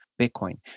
Bitcoin